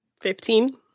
Fifteen